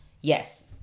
Yes